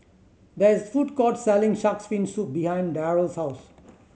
there is food court selling Shark's Fin Soup behind Darell's house